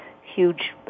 huge